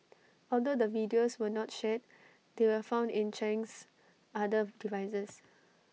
although the videos were not shared they were found in Chang's other devices